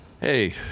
Hey